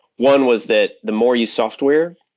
one was that the more you software,